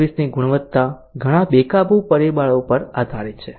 service ની ગુણવત્તા ઘણા બેકાબૂ પરિબળો પર આધારિત છે